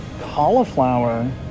cauliflower